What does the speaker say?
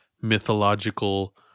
mythological